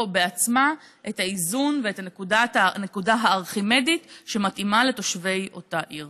בעצמה את האיזון ואת הנקודה הארכימדית שמתאימה לתושבי אותה עיר.